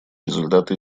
результаты